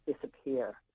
disappear